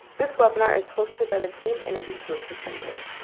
this webinar is hosted by the clean energy solutions center,